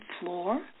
floor